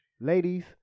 Ladies